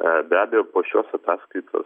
be abejo po šios ataskaitos